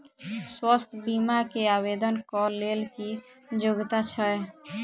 स्वास्थ्य बीमा केँ आवेदन कऽ लेल की योग्यता छै?